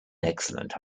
excellent